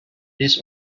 this